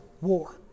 war